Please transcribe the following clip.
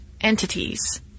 entities